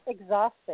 exhausting